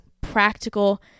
practical